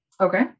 Okay